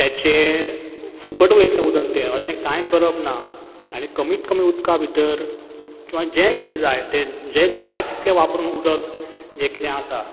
तेचें फुकट वयतलें उदक तें अशें कांय करप ना आनी कमीत कमी उदका भितर किंवा जें कितें जाय जें जाय तितलें वापरून उदक जें कितें आसा